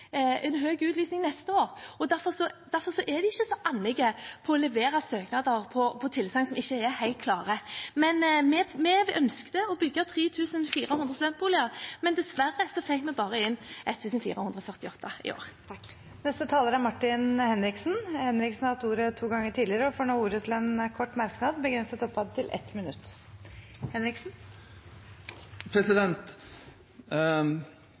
neste år, og derfor er de ikke så «annige» etter å levere søknader på tilsagn som ikke er helt klare. Vi ønsket å bygge 3 400 studentboliger, men dessverre fikk vi bare inn 1 448 i år. Representanten Martin Henriksen har hatt ordet to ganger tidligere og får ordet til en kort merknad, begrenset til 1 minutt.